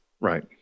Right